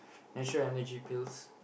natural Energy Pills